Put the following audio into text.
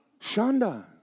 Shonda